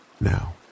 Now